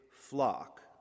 flock